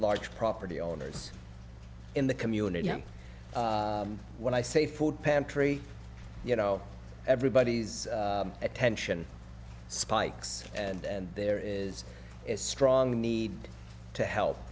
large property owners in the community and when i say food pantry you know everybody's attention spikes and there is a strong need to help